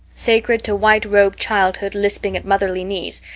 sacred to white-robed childhood lisping at motherly knees,